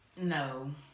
No